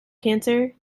cancer